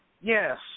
Yes